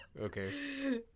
okay